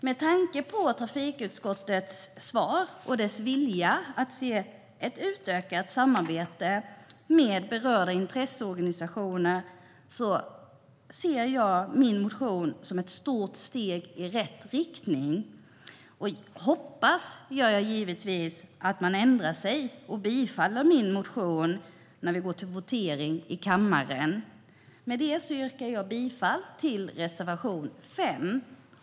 Med tanke på trafikutskottets svar och dess vilja till att se ett utökat samarbete med berörda intresseorganisationer ser jag min motion som ett stort steg i rätt riktning och hoppas givetvis att man ändrar sig och bifaller min motion när vi går till votering i kammaren. Med detta yrkar jag bifall till reservation 5.